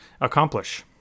accomplish